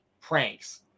pranks